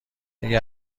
اگه